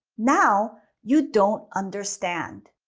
now you don't understand.